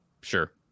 sure